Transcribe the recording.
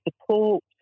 support